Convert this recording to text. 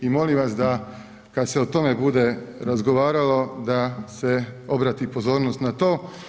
I molim vas da kad se o tome bude razgovaralo, da se obrati pozornost na to.